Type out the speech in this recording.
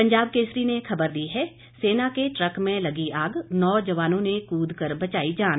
पंजाब केसरी ने खबर दी है सेना के ट्रक में लगी आग नौ जवानों ने कूद कर बचाई जान